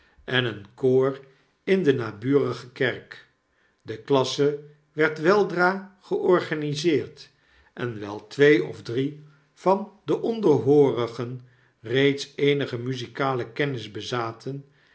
en een koor in de naburige kerk de klasse werd weldra georganiseerd en wijl twee of drievan de onderhoorigen reeds eenige muzikale kennis bezaten